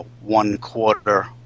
one-quarter